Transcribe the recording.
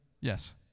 Yes